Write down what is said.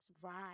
survive